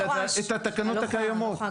את התקנות הקיימות.